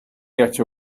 get